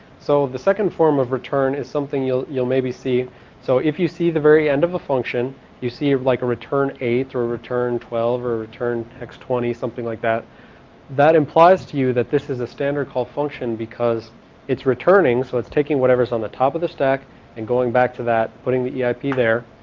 so the second form of return is something you'll you'll maybe see so if you see the very end of the function you see like a return eight or return twelve or return hex twenty or something like that that implies to you that this is a standard call function because it's returning so it's taking whatever's on the top of the stack and going back to that putting the yeah eip there